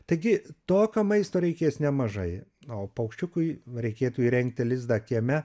taigi tokio maisto reikės nemažai o paukščiukui reikėtų įrengti lizdą kieme